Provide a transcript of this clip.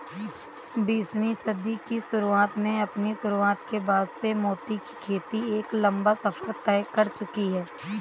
बीसवीं सदी की शुरुआत में अपनी शुरुआत के बाद से मोती की खेती एक लंबा सफर तय कर चुकी है